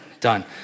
Done